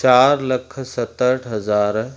चार लख सतहठ हज़ार